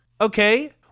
Okay